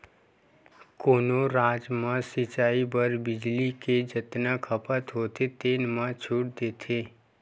कोनो राज म सिचई बर बिजली के जतना खपत होथे तेन म छूट देथे